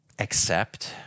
accept